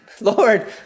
Lord